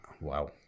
Wow